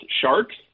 sharks